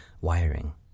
wiring